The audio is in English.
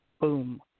boom